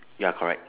ya correct